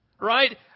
Right